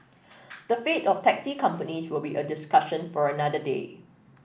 the fate of taxi companies will be a discussion for another day